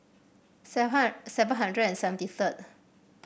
seven seven hundred and seventy third